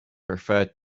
referred